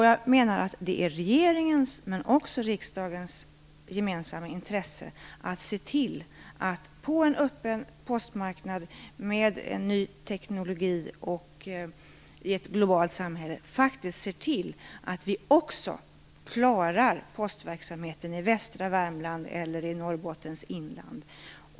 Jag menar att det ligger i regeringens men också i riksdagens gemensamma intresse att se till att vi på en öppen postmarknad med ny teknologi i ett globalt samhälle också klarar postverksamheten i västra Värmland eller Norrbottens inland.